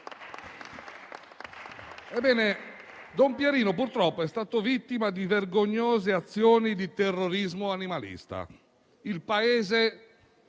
Don Pierino, purtroppo, è stato vittima di vergognose azioni di terrorismo animalista. Il paese,